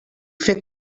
fer